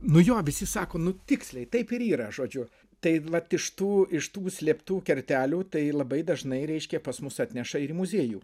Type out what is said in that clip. nu jo visi sako nu tiksliai taip ir yra žodžiu tai vat iš tų iš tų slėptų kertelių tai labai dažnai reiškia pas mus atneša ir į muziejų